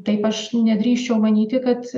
taip aš nedrįsčiau manyti kad